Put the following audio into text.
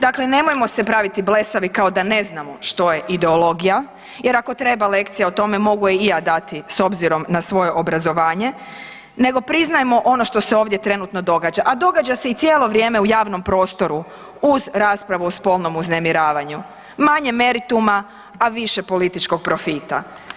Dakle, nemojmo se praviti blesavi kao da ne znamo što je ideologija jer ako treba lokacija o tome mogu je i ja dati s obzirom na svoje obrazovanje nego priznajmo ono što se ovdje trenutno događa, a događa se i cijelo vrijeme u javnom prostoru uz raspravu o spolnom uznemiravanju, manje merituma, a više političkog profita.